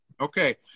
Okay